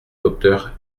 docteur